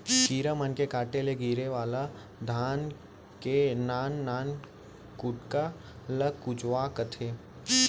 कीरा मन के काटे ले गिरे वाला धान के नान नान कुटका ल कुचवा कथें